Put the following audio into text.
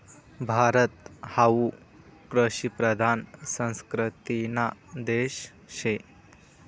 भारत हावू कृषिप्रधान संस्कृतीना देश शे